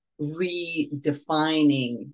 redefining